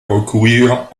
recourir